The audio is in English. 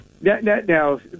now